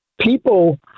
people